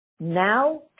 Now